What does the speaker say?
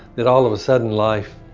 that all of a sudden life